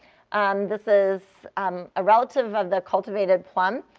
um this is a relative of the cultivated plum.